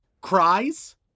cries